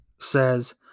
says